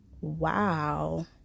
Wow